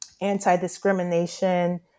anti-discrimination